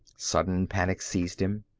sudden panic seized him.